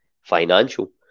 financial